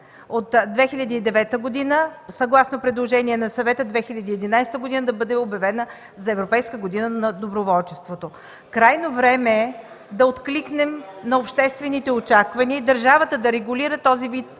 от 2009 г. съгласно предложение на Съвета 2011 г. да бъде обявена за Европейска година на доброволчеството. Крайно време е да откликнем на обществените очаквания и държавата да регулира този вид